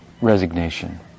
resignation